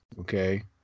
Okay